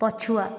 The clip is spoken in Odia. ପଛୁଆ